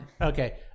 Okay